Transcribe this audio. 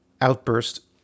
outburst